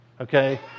Okay